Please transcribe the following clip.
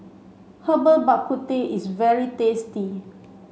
Herbal Bak Ku Teh is very tasty